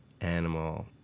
animal